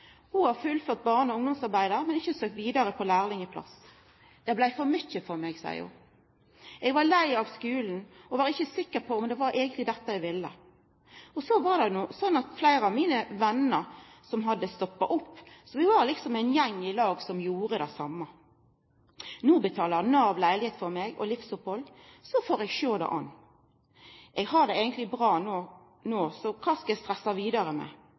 Ho har fullført faget barne- og ungdomsarbeidar, men har ikkje søkt vidare på lærlingplass. Det blei for mykje for meg, seier ho. Eg var lei av skulen og var ikkje sikker på om det eigentleg var dette eg ville. Og så var det slik at fleire av mine venner hadde stoppa opp, så vi var liksom ein gjeng i lag som gjorde det same. No betaler Nav leilegheit og livsopphald for meg, så får eg sjå det an. Eg har det eigentlig bra no, så kva skal eg stressa vidare med?